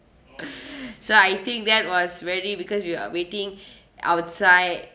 so I think that was very because you are waiting outside